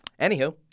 Anywho